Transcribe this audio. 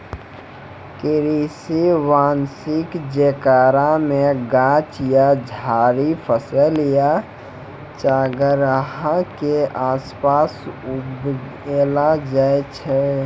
कृषि वानिकी जेकरा मे गाछ या झाड़ि फसल या चारगाह के आसपास उगैलो जाय छै